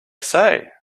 say